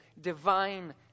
divine